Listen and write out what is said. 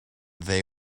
they